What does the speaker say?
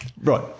Right